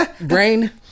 brain